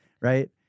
right